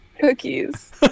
cookies